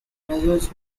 measures